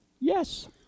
Yes